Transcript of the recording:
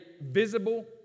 visible